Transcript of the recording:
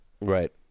Right